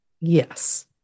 Yes